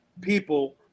people